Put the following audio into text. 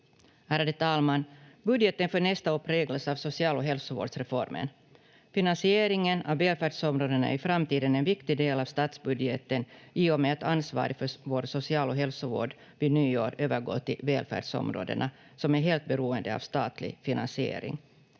Ärade talman! Budgeten för nästa år präglas av social- och hälsovårdsreformen. Finansieringen av välfärdsområdena i framtiden är en viktig del av statsbudgeten i och med att ansvaret för vår social- och hälsovård vid nyår övergår till välfärdsområdena, som är helt beroende av statlig finansiering.